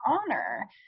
honor